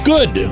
Good